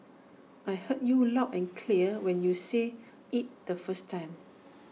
I heard you loud and clear when you said IT the first time